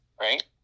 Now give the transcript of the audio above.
right